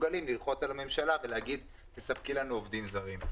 מסוגלים ללחוץ על הממשלה ולומר תספקי לנו עובדים זרים.